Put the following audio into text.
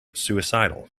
suicidal